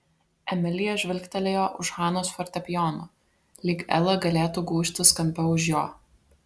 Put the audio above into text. emilija žvilgtelėjo už hanos fortepijono lyg ela galėtų gūžtis kampe už jo